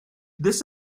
this